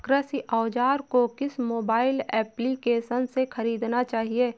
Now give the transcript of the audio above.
कृषि औज़ार को किस मोबाइल एप्पलीकेशन से ख़रीदना चाहिए?